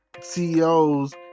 CEOs